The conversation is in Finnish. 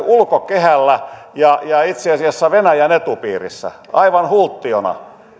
ulkokehällä ja ja itse asiassa venäjän etupiirissä aivan hulttiona niin